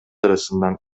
arasından